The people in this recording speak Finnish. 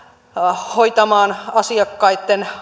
hoitamaan asiakkaitten